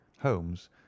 holmes